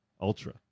Ultra